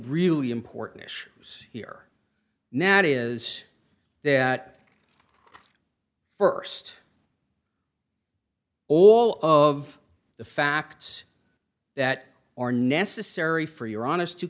really important issues here nat is that st all of the facts that are necessary for your honest to